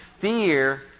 Fear